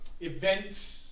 events